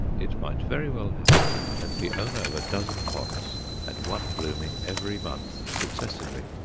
it might very well happen that the owner of a dozen pots had one blooming every month successively.